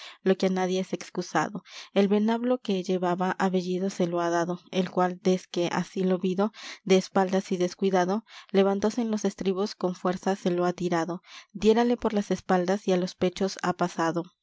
lo que á nadie es excusado el venablo que llevaba á bellido se lo ha dado el cual desque así lo vido de espaldas y descuidado levantóse en los estribos con fuerza se lo ha tirado diérale por las espaldas y á los pechos ha pasado